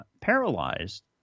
paralyzed